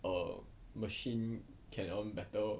a machine can earn better